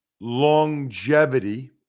longevity